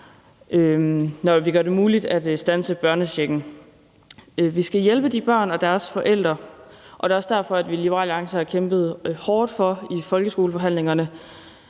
når vi gør det muligt at standse børnechecken. Vi skal hjælpe de børn og deres forældre, og det er også derfor, at vi i Liberal Alliance i folkeskoleforhandlingerne